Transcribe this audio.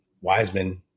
Wiseman